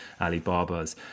Alibabas